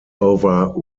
over